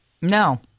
No